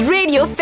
Radio